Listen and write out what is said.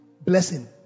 blessing